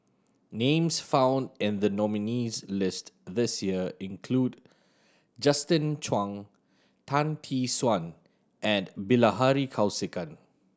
names found in the nominees' list this year include Justin Zhuang Tan Tee Suan and Bilahari Kausikan